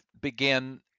began